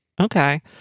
okay